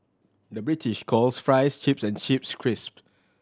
the British calls fries chips and chips crisp